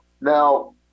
Now